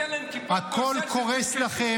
ואתה תיתן להם כיפת ברזל ----- הכול קורס לכם.